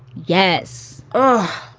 yes oh,